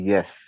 Yes